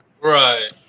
Right